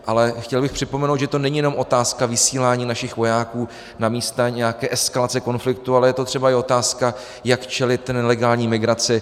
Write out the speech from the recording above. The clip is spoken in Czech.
Ale chtěl bych připomenout, že to není jenom otázka vysílání našich vojáků na místa nějaké eskalace konfliktu, ale je to třeba i otázka, jak čelit nelegální migraci.